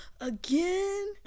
again